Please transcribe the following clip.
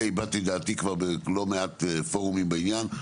הבעתי את דעתי בלא מעט פורומים בעניין,